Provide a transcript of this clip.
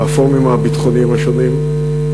בפורומים הביטחוניים השונים.